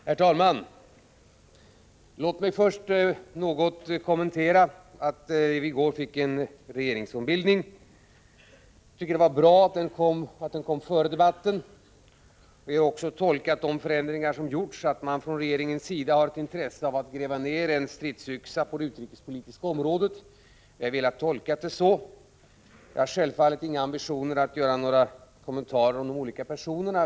Herr talman! Låt mig först något kommentera det förhållandet att vi i går fick en regeringsombildning. Jag tycker att det var bra att den kom före den här debatten. Vi har velat tolka de förändringar som gjorts så, att man från regeringens sida har ett intresse av att gräva ned en stridsyxa på det utrikespolitiska området. Jag har självfallet inga ambitioner att göra några kommentarer om de olika berörda personerna.